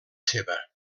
seva